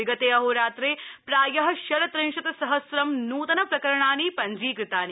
विगते अहोरात्रे प्राय षड्रिंशत सहसं नूतन प्रकरणानि पञ्जीकृतानि